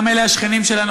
גם השכנים שלנו,